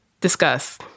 discuss